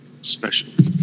Special